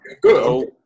Good